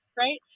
right